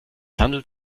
handelt